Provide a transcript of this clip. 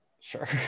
Sure